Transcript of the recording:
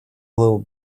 little